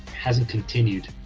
hasn't continued.